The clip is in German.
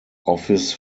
office